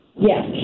Yes